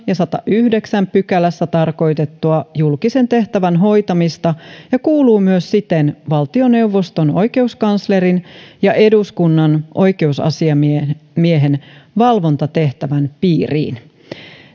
ja sadannessayhdeksännessä pykälässä tarkoitettua julkisen tehtävän hoitamista ja kuuluu myös siten valtioneuvoston oikeuskanslerin ja eduskunnan oikeusasiamiehen valvontatehtävän piiriin